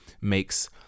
makes